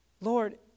Lord